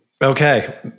Okay